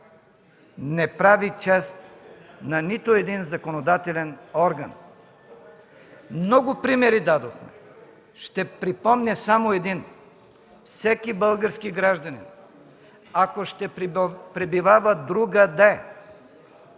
не прави чест на нито един законодателен орган. Много примери дадох. Ще припомня само един. Всеки български гражданин, ако ще пребивава другаде